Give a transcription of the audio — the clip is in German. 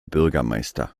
bürgermeister